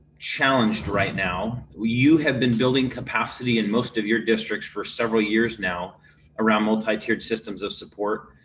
challenged right now you have been building capacity in most of your districts for several years now around multitiered systems of support,